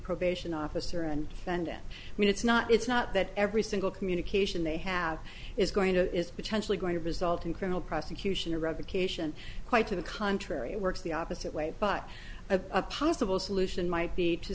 probation officer and send i mean it's not it's not that every single communication they have is going to is potentially going to result in criminal prosecution or revocation quite to the contrary it works the opposite way but a possible solution might be to